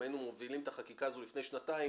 אם היינו מובילים את החקיקה הזו לפני שנתיים,